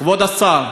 כבוד השר,